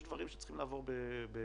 יש דברים שצריכים לעבור בחקיקה,